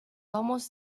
almost